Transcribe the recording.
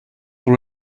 will